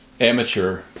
amateur